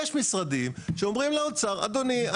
יש משרדים שאומרים לאוצר אדוני,